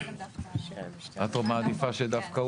את מעדיפה שהוא יתחיל?